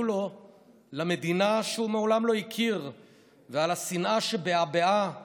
לו למדינה שהוא מעולם לא הכיר ועל השנאה שבעבעה